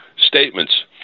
statements